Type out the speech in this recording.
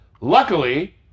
Luckily